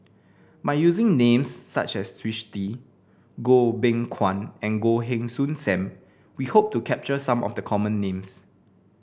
by using names such as Twisstii Goh Beng Kwan and Goh Heng Soon Sam we hope to capture some of the common names